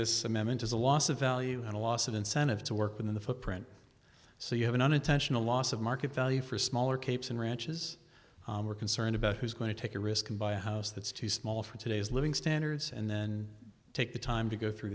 this amendment as a loss of value and a loss of incentive to work in the footprint so you have an unintentional loss of market value for smaller capes and ranch is concerned about who's going to take a risk and buy a house that's too small for today's living standards and then take the time to go through